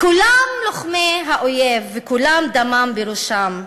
כולם לוחמי האויב, וכולם דמם בראשם,